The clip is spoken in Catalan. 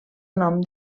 nom